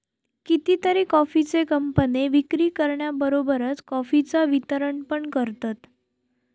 कितीतरी कॉफीचे कंपने विक्री करण्याबरोबरच कॉफीचा वितरण पण करतत